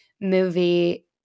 movie